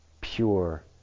pure